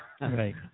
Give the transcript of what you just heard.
Right